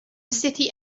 city